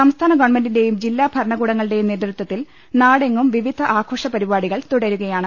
സംസ്ഥാന ഗവൺമെന്റിന്റെയും ജില്ലാ ഭരണകൂട ങ്ങളുടെയും നേതൃത്വത്തിൽ നാടെങ്ങും വിവിധ ആഘോഷ പരിപാടി കൾ തുടരുകയാണ്